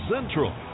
Central